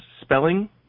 spelling